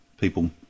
people